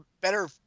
better